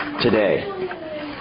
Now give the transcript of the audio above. today